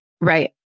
Right